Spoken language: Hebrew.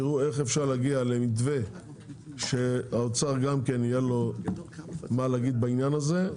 יראו איך אפשר להגיע למתווה שגם לאוצר יהיה מה להגיד בעניין הזה.